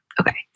Okay